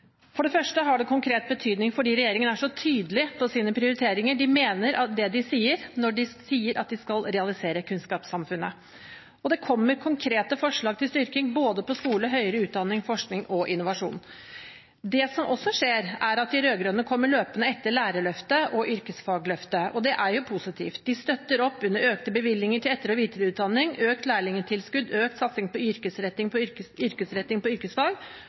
For det første har det konkret betydning fordi regjeringen er så tydelige på sine prioriteringer. Den mener det den sier når de sier at de skal realisere kunnskapssamfunnet, og det kommer konkrete forslag til styrking både på skole, høyere utdanning, forskning og innovasjon. Det som også skjer, er at de rød-grønne kommer løpende etter lærerløftet og yrkesfagløftet. Det er positivt. De støtter opp under økte bevilgninger til etter- og videreutdanning, økt lærlingtilskudd, økt satsing på yrkesretting på yrkesfag,